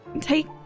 Take